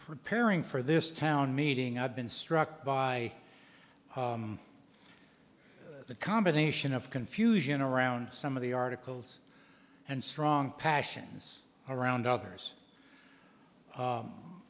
preparing for this town meeting i've been struck by the combination of confusion around some of the articles and strong passions around others